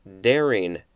daring